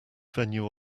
venue